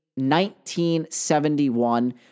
1971